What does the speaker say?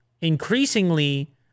increasingly